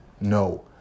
No